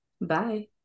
bye